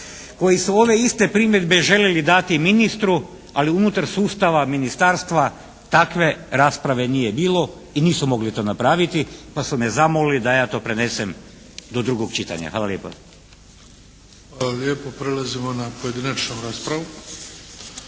koji su ove iste primjedbe željeli dati ministru, ali unutar sustava ministarstva takve rasprave nije bilo i nisu mogli to napraviti, pa su me zamolili da ja to prenesem do drugog čitanja. Hvala lijepa. **Bebić, Luka (HDZ)** Hvala lijepo. Prelazimo na pojedinačnu raspravu.